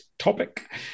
topic